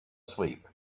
asleep